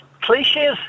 cliches